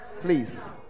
please